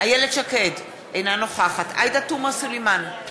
איילת שקד, אינה נוכחת עאידה תומא סלימאן,